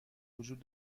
وجود